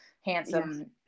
handsome